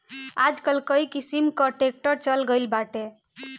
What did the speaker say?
आजकल कई किसिम कअ ट्रैक्टर चल गइल बाटे